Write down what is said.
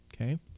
okay